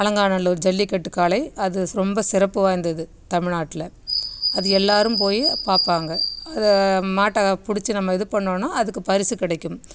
அலங்காநல்லூர் ஜல்லிக்கட்டு காளை அது ரொம்ப சிறப்பு வாய்ந்தது தமிழ்நாட்டில அது எல்லாரும் போய் பாப்பாங்கள் அதை மாட்டை பிடிச்சி நம்ம இது பண்ணோம்னா அதுக்கு பரிசு கிடைக்கும்